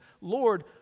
Lord